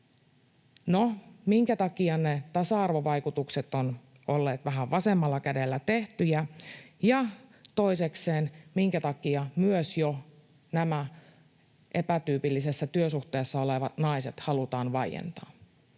No, minkä takia ne tasa-arvovaikutukset ovat olleet vähän vasemmalla kädellä tehtyjä, ja toisekseen, minkä takia myös jo nämä epätyypillisissä työsuhteissa olevat naiset halutaan vaientaa?